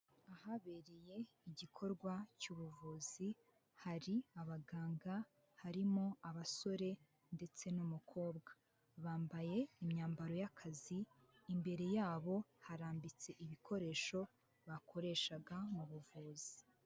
Ahabereye igikorwa cy'ubuvuzi hari abaganga harimo abasore ndetse n'umukobwa, bambaye imyambaro y'akazi imbere yabo harambitse ibikoresho bakoreshaga mu buvuzi.